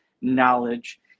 knowledge